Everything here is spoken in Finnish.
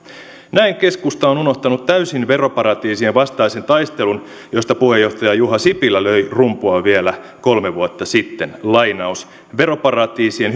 näin keskusta on unohtanut täysin veroparatiisien vastaisen taistelun josta puheenjohtaja juha sipilä löi rumpua vielä kolme vuotta sitten veroparatiisien